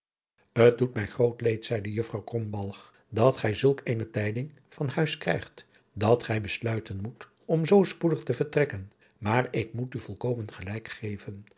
t doet mij groot leed zeide juffrouw krombalg dat gij zulk eene tijding van huis krijgt dat gij besluiten moet om zoo spoedig te vertrekken maar ik moet u volkomen gelijk geven